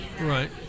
Right